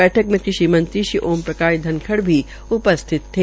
बैठक में कृषि मंत्री श्री ओ पी धनखड़ भी उपस्थित थे